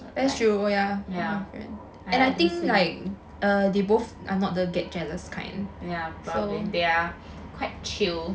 yeah ya as in yeah probably they are quite chill